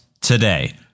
today